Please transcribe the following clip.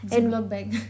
ziploc bag